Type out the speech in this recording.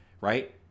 right